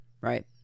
right